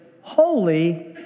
holy